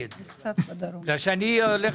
הוא היה מקבל